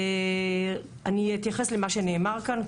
אני אתייחס למה שנאמר כאן,